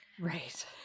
Right